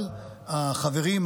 אבל החברים,